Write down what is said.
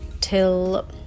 till